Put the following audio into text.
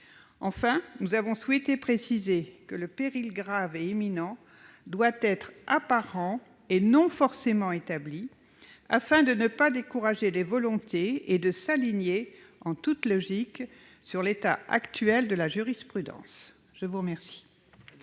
Enfin, nous avons souhaité préciser que le péril grave et imminent doit être apparent, et non pas forcément établi, afin de ne pas décourager les volontés et de s'aligner, en toute logique, sur l'état actuel de la jurisprudence. L'amendement